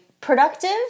productive